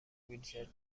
ویلچر